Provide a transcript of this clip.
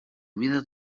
mida